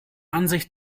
ansicht